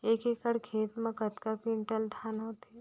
एक एकड़ खेत मा कतका क्विंटल धान होथे?